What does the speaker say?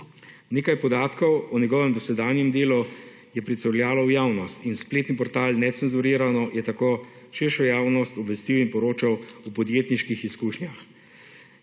Nekaj podatkov o njegovem dosedanjem delu je pricurljalo v javnost in spletni portal necenzurirano je tako širšo javnost obvestil in poročal o podjetniških izkušnjah